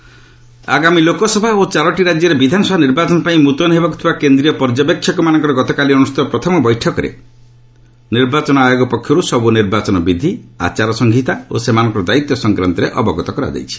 EC meet ଆଗାମୀ ଲୋକସଭା ଓ ଚାରୋଟି ରାଜ୍ୟରେ ବିଧାନସଭା ନର୍ବାଚନ ପାଇଁ ମୁତୟନ ହେବାକୁ ଥିବା କେନ୍ଦ୍ରୀୟ ପର୍ଯ୍ୟବେକ୍ଷକମାନଙ୍କର ଗତକାଲି ଅନୁଷ୍ଠିତ ପ୍ରଥମ ବୈଠକରେ ନିର୍ବାଚନ ଆୟୋଗ ପକ୍ଷରୁ ସବୁ ନିର୍ବାଚନ ବିଧି ଆଚାର ସଂହିତା ଓ ସେମାନଙ୍କର ଦାୟିତ୍ୱ ସଂକ୍ରାନ୍ତରେ ଅବଗତ କରାଇଛି